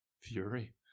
Fury